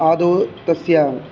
आदौ तस्य